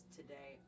today